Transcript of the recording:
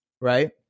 right